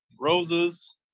Roses